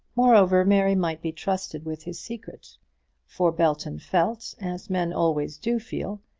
moreover mary might be trusted with his secret for belton felt, as men always do feel,